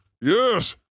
yes